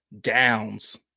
downs